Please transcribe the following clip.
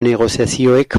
negoziazioek